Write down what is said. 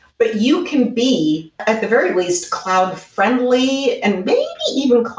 but you can be, at the very least, cloud friendly and maybe even